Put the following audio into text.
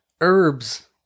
herbs